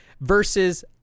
versus